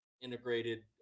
integrated